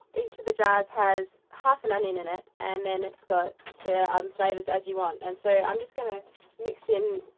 each of the jars has half an onion in it and then it's got the um flavors as you want. and so i'm just gonna mix in,